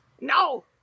No